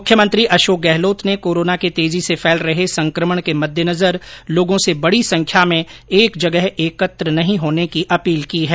मुख्यमंत्री अशोक गहलोत ने कोरोना के तेजी से फैल रहे संक्रमण के मद्देनजर लोगों से बड़ी संख्या में एक जगह एकत्र नहीं होने की अपील की है